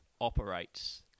operates